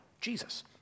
Jesus